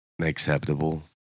acceptable